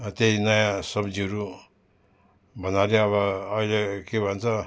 त्यही नयाँ सब्जीहरू भन्नाले अब अहिले के भन्छ